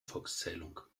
volkszählung